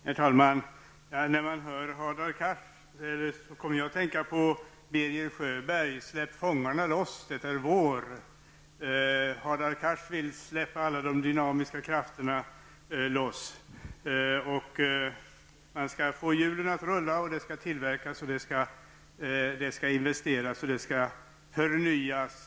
Herr talman! När jag hörde Hadar Cars kom jag att tänka på Birger Sjöberg: ''Släpp fångarna loss, det är vår!'' Hadar Cars vill släppa loss alla de dynamiska krafterna. Man skall då få hjulen att rulla, det skall tillverkas, det skall investeras och det skall förnyas.